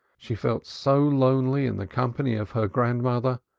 she felt so lonely in the company of her grandmother,